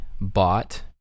bought